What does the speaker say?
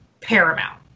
paramount